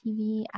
TV